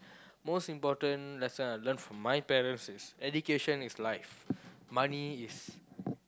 most important lesson I learn from my parents is education is life money is